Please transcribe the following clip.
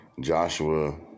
Joshua